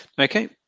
Okay